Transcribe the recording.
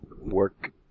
work